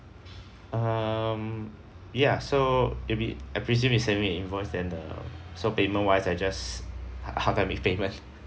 um ya so it'd be I presume you send me an invoice and um so payment wise I just how do I make payment